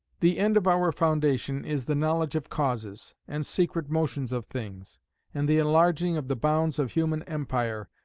the end of our foundation is the knowledge of causes, and secret motions of things and the enlarging of the bounds of human empire,